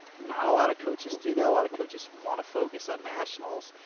not a lot of coaches do that. a lot of coaches want to focus on nationals.